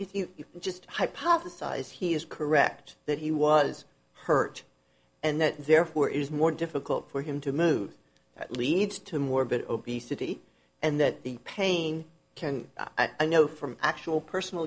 it you just hypothesize he is correct that he was hurt and that therefore it is more difficult for him to move that leads to more but obesity and that the pain can i know from actual personal